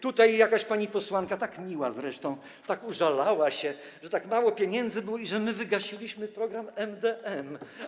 Tutaj jakaś pani posłanka, taka miła zresztą, tak użalała się, że tak mało pieniędzy było i że my wygasiliśmy program MdM.